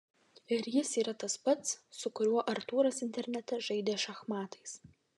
ir jis yra tas pats su kuriuo artūras internete žaidė šachmatais